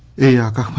a yaka um and